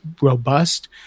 robust